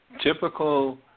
typical